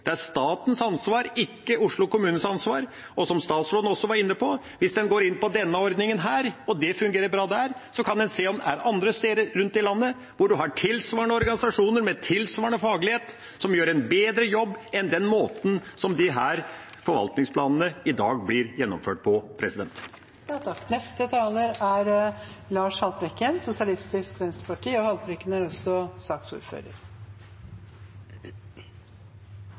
Det er statens ansvar, ikke Oslo kommunes ansvar. Og, som statsråden også var inne på, hvis en går inn på denne ordningen og det fungerer bra, kan en se om det er andre steder rundt i landet hvor en har tilsvarende organisasjoner, med tilsvarende faglighet, som gjør en bedre jobb enn den måten som disse forvaltningsplanene i dag blir gjennomført på.